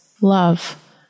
love